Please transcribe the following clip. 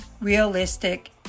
Realistic